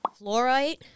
Fluorite